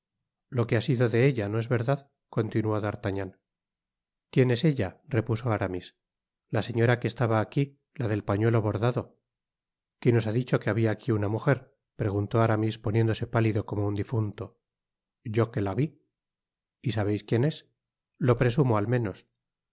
lo que ha sido de ella no es verdad continuó d'artagnan quien es ella repuso aramis la señora que estaba aquí la del pañuelo bordado quien os ha dicho que habia aquí una mujer preguntó aramis poniéndose pálido como un difunto yo que la vi y sabeis quien es lo presumo al menos